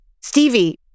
Stevie